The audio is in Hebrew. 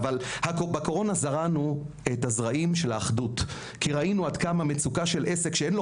בקורונה זרענו את זרעי האחדות; ראינו עד כמה מצוקה של עסקים שלא